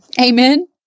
Amen